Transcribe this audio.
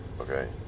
okay